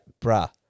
bruh